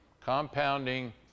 Compounding